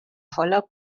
voller